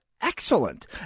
excellent